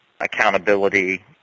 accountability